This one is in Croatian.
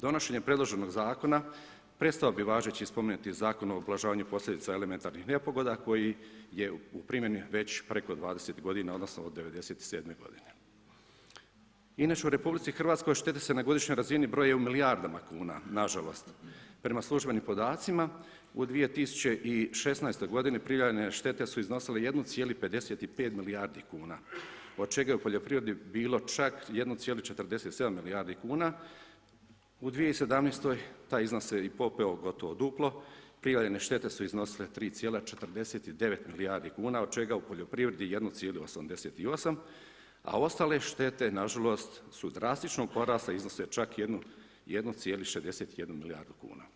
Donošenje predloženih zakona, prestao bi važeći spomenuti zakon o ublažavanju posljedica elementarnih nepogoda, koji je u primjeni već preko 20 g. odnosno od '97. g. Inače u RH štete se na godišnjoj razini broje u milijardama kuna, nažalost, prema službenim podacima u 2016. g. prijavljene štete su iznosile 1,55 milijardi kn, od čega je u poljoprivredi bilo čak 1,47 milijardi kuna, u 2017. taj iznose se popeo gotovo duplo, prijavljene štete su iznosile 3,49 milijardi kn od čega u poljoprivredi 1,88 a ostale štete, nažalost, su drastično porasle i iznose čak 1,61 milijardu kn.